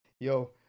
yo